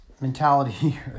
mentality